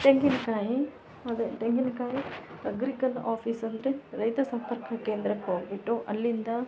ತೆಂಗಿನಕಾಯಿ ಅದೇ ತೆಂಗಿನಕಾಯಿ ಅಗ್ರಿಕಲ್ ಆಫೀಸ್ ಅಂದರೆ ರೈತ ಸಂಪರ್ಕ ಕೇಂದ್ರಕ್ಕೆ ಹೋಗಿಬಿಟ್ಟು ಅಲ್ಲಿಂದ